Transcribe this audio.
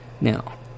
Now